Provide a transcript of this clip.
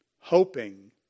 hoping